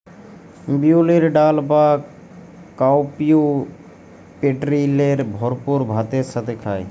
বিউলির ডাল বা কাউপিএ প্রটিলের ভরপুর ভাতের সাথে খায়